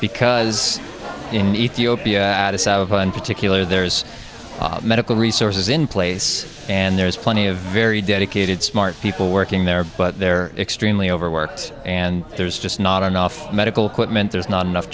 because in ethiopia particular there's medical resources in place and there's plenty of very dedicated smart people working there but they're extremely overworked and there's just not enough medical quitman there's not enough